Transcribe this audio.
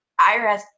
IRS